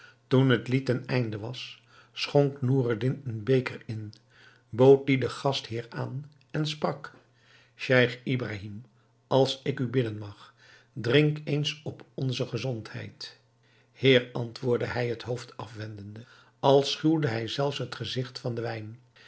toen het lied ten einde was schonk noureddin een beker in bood dien den gastheer aan en sprak scheich ibrahim als ik u bidden mag drink eens op onze gezondheid heer antwoordde hij het hoofd afwendende als schuwde hij zelfs het gezigt van den wijn